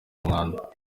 umwanda